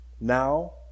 Now